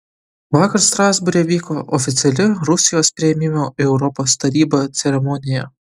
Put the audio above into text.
vakar strasbūre vyko oficiali rusijos priėmimo į europos tarybą ceremonija